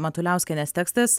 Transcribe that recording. matuliauskienės tekstas